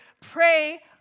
pray